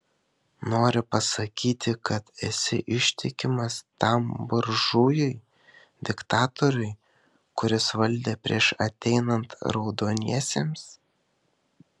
nori pasakyti kad esi ištikimas tam buržujui diktatoriui kuris valdė prieš ateinant raudoniesiems